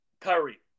Kyrie